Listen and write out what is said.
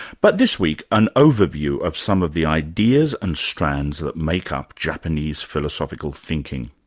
but this week, an overview of some of the ideas and strands that make up japanese philosophical thinking.